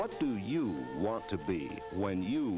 what do you want to be when you